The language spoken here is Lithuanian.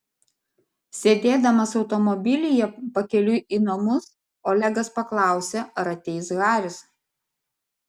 sėdėdamas automobilyje pakeliui į namus olegas paklausė ar ateis haris